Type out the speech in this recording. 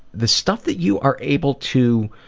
the stuff that you are able to.